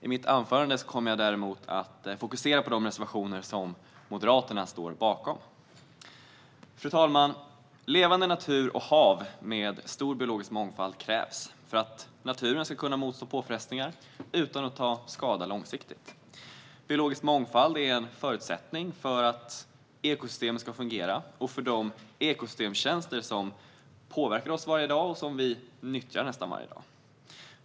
I mitt anförande kommer jag dock att fokusera på de reservationer som Moderaterna står bakom. Fru talman! Levande natur och hav med stor biologisk mångfald krävs för att naturen ska kunna motstå påfrestningar utan att ta skada långsiktigt. Biologisk mångfald är en förutsättning för att ekosystemen ska fungera samt för de ekosystemtjänster som påverkar oss varje dag och som vi nyttjar nästan varje dag.